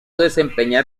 desempeñar